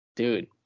Dude